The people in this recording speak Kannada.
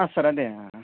ಹಾಂ ಸರ್ ಅದೇ